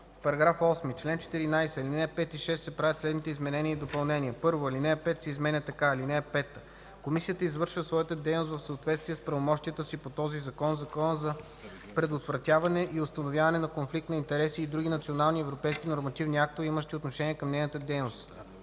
„В § 8, чл. 14, ал. 5 и 6 се правят следните изменения и допълнения: 1. Алинея 5 се изменя така: „(5) Комисията извършва своята дейност в съответствие с правомощията си по този закон, Закона за предотвратяване и установяване на конфликт за интереси и други национални и европейски нормативни актове, имащи отношение към нейната дейност.”